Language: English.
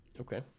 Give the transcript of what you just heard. Okay